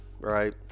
right